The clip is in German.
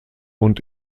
und